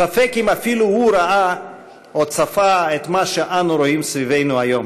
ספק אם אפילו הוא ראה או צפה את מה שאנו רואים סביבנו היום: